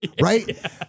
right